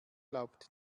glaubt